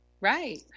Right